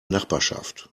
nachbarschaft